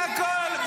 מהכול.